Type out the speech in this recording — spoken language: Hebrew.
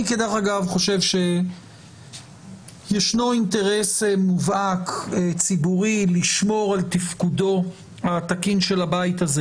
אני חושב שיש אינטרס מובהק ציבורי לשמור על תפקודו התקין של הבית הזה